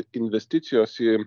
investicijos į